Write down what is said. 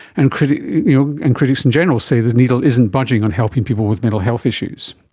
and critics you know and critics in general say the needle isn't budging on helping people with mental health issues.